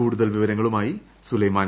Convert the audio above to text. കൂടുതൽ വിവരങ്ങളുമായി സുലൈമാൻ